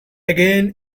again